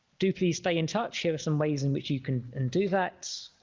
do please stay in touch here are some ways in which you can and do that